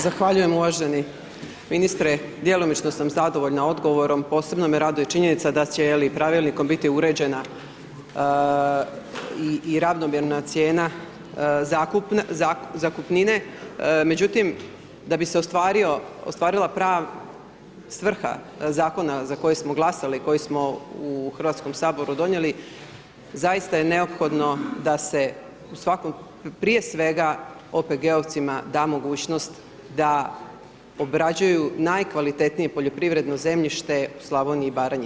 Zahvaljujem uvaženi ministre djelomično sam zadovoljna odgovorom, posebno me radiju činjenice da će je l9 pravilnikom biti uređena i ravnomjerna cijena zakupnine, međutim, da bi se ostvarila svrha zakona za koji smo glasali, koji smo u Hrvatskom saboru donijeli, zaista je neophodno, da se prije svega OPG-ovcima da mogućnost da obrađuju najkvalitetnije poljoprivredno zemljište u Slavoniji i Baranji.